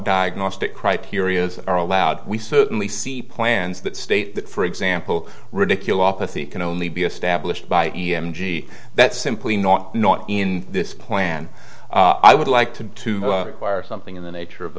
diagnostic criteria is are allowed we certainly see plans that state that for example ridicule office he can only be established by e m t that's simply not not in this plan i would like to require something in the nature of